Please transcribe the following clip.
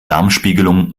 darmspiegelung